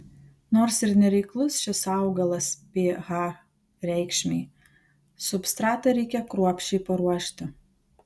nors ir nereiklus šis augalas ph reikšmei substratą reikia kruopščiai paruošti